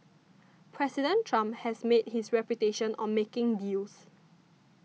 President Trump has made his reputation on making deals